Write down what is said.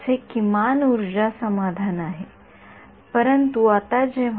तर पिक्सेल डोमेनमध्ये या चित्राचे योग्य प्रतिनिधित्व करण्यासाठी मला सध्या ४६000 संख्या आवश्यक आहेत